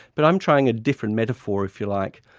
but i'm trying a different metaphor, if you like,